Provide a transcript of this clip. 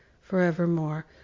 forevermore